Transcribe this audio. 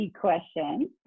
question